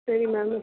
சரி மேம்